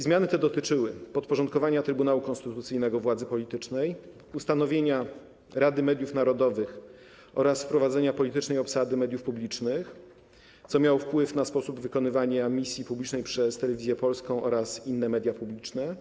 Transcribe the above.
Zmiany te dotyczyły podporządkowania Trybunału Konstytucyjnego władzy politycznej, ustanowienia Rady Mediów Narodowych oraz wprowadzenia politycznej obsady mediów publicznych, co miało wpływ na sposób wykonywania misji publicznej przez Telewizję Polską oraz inne media publiczne.